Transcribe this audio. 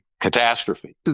catastrophe